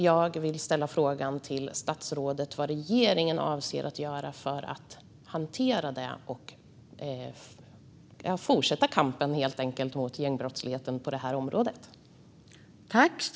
Jag vill ställa frågan till statsrådet vad regeringen avser att göra för att hantera detta och fortsätta kampen mot gängbrottsligheten på det här området.